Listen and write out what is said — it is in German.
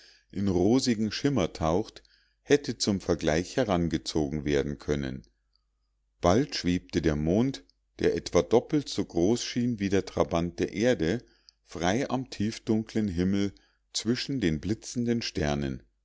in rosigen schimmer taucht hätte zum vergleich herangezogen werden können bald schwebte der mond der etwa doppelt so groß erschien wie der trabant der erde frei am tiefdunkeln himmel zwischen den blitzenden sternen